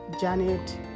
Janet